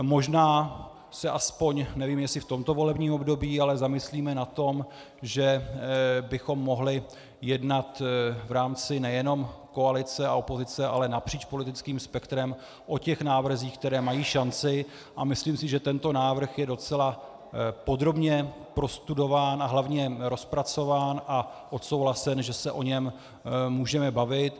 Možná se aspoň, nevím, jestli v tomto volebním období, zamyslíme nad tím, že bychom mohli jednat v rámci nejenom koalice a opozice, ale napříč politickým spektrem o těch návrzích, které mají šanci, a myslím si, že tento návrh je docela podrobně prostudován a hlavně rozpracován a odsouhlasen, že se o něm můžeme bavit.